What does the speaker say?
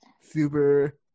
super